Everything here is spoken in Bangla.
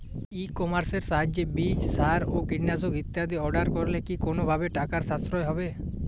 ই কমার্সের সাহায্যে বীজ সার ও কীটনাশক ইত্যাদি অর্ডার করলে কি কোনোভাবে টাকার সাশ্রয় হবে?